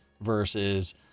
versus